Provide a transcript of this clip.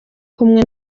kumwe